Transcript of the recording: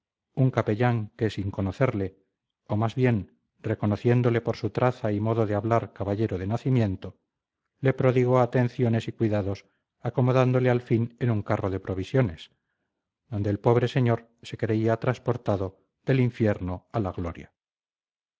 un capellán que sin conocerle o más bien reconociéndole por su traza y modo de hablar caballero de nacimiento le prodigó atenciones y cuidados acomodándole al fin en un carro de provisiones donde el pobre señor se creía transportado del infierno a la gloria